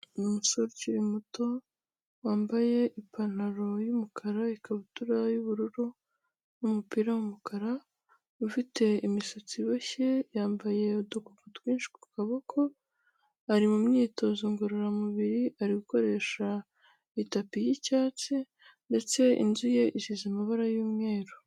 Umusore ukiri muto wambaye ipantaro y'umukara ikabutura y'ubururu n'umupira w'umukara, ufite imisatsi iboshye yambaye udukomo twinshi ku kaboko ari mu myitozo ngororamubiri, ari gukoresha itapi y'icyatsi ndetse inzu ye isize amabara y'umweru.